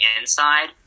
inside